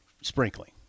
sprinkling